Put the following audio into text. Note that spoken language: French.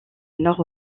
nord